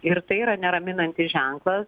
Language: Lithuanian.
ir tai yra neraminantis ženklas